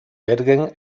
bergen